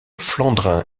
flandrin